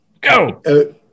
Go